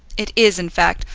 it is, in fact,